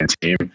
team